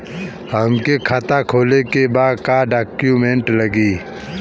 हमके खाता खोले के बा का डॉक्यूमेंट लगी?